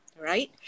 right